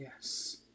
Yes